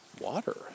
water